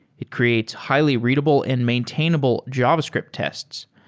it creates highly readable and maintainable javascript tests.